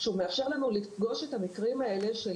זה שהוא מאפשר לנו לפגוש את המקרים האלה של